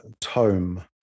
tome